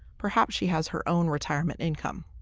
perhaps she has her own retirement income.